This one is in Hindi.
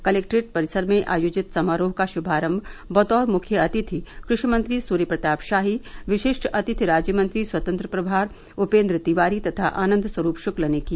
कलेक्ट्रेट परिसर में आयोजित समारोह का शुभारम बतौर मुख्य अतिथि कृषि मंत्री सूर्य प्रताप शाही विशिष्ट अतिथि राज्यमंत्री स्वतंत्र प्रभार उपेंद्र तिवारी तथा आनंद स्वरूप शक्ल ने किया